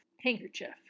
handkerchief